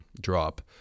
drop